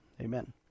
amen